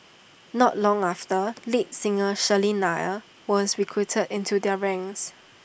not long after lead singer Shirley Nair was recruited into their ranks